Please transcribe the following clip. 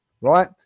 right